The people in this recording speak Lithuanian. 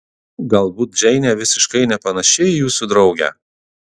galbūt džeinė visiškai nepanaši į jūsų draugę